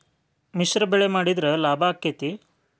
ಮಿಶ್ರ ಬೆಳಿ ಮಾಡಿದ್ರ ಲಾಭ ಆಕ್ಕೆತಿ?